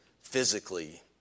physically